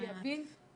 שיבין.